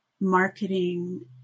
marketing